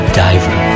diver